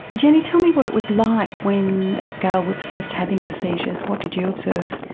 jenny tell me what it was like when gail was first having the seizures, what did you observe?